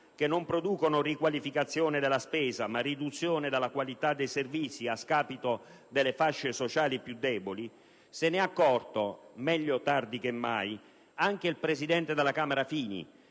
che non producono riqualificazione della spesa, ma riduzione della qualità dei servizi a scapito delle fasce sociali deboli), se ne è accorto - meglio tardi che mai - anche il presidente della Camera Fini,